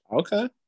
okay